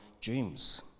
dreams